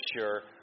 sure